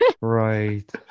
right